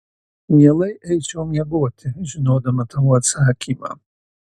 mielai eičiau miegoti žinodama tavo atsakymą